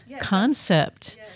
concept